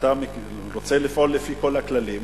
ואתה רוצה לפעול לפי כל הכללים,